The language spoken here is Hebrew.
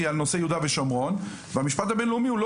על נושא יהודה ושומרון והמשפט הבינלאומי הוא לא